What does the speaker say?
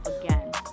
again